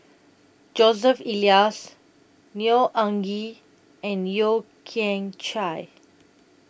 Joseph Elias Neo Anngee and Yeo Kian Chai